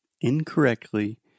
incorrectly